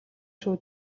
шүү